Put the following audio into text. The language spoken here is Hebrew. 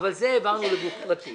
אבל את זה העברנו לגוף פרטי.